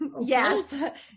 Yes